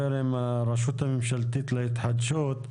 לרשות הממשלתית להתחדשות,